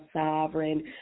sovereign